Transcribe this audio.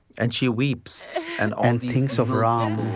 and she weeps. and um thinks of ram.